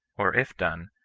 or if done,